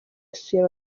yasuye